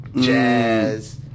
jazz